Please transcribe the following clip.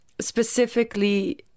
specifically